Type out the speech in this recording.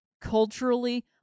culturally